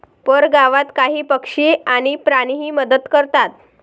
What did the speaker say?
परगावात काही पक्षी आणि प्राणीही मदत करतात